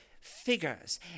figures